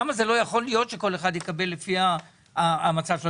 למה זה לא יכול להיות שכל אחד יקבל לפי המצב שלו?